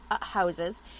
houses